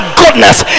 goodness